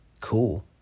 cool